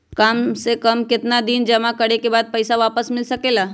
काम से कम केतना दिन जमा करें बे बाद पैसा वापस मिल सकेला?